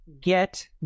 get